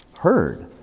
heard